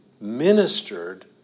ministered